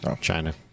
China